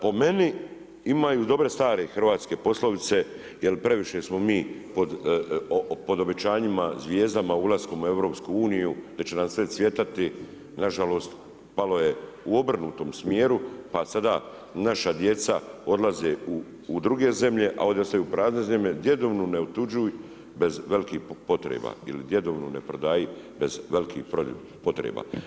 Po meni imaju dobre stare hrvatske poslovice, jel previše smo mi pod obećanjima, zvijezdama ulaskom u EU gdje će nam sve cvjetati, nažalost palo je u obrnutom smjeru pa sada naša djeca odlaze u druge zemlje, a ovdje ostaju prazne zemlje, „Djedovinu ne otuđuj bez velikih potreba“ ili djedovinu ne prodaji bez velikih potreba.